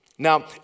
Now